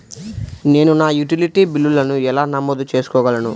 నేను నా యుటిలిటీ బిల్లులను ఎలా నమోదు చేసుకోగలను?